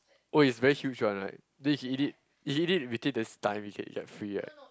oh it's very huge one right then he eat it he eat it within this time he can get free right